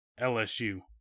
LSU